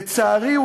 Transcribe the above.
לצערי,